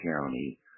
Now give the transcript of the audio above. County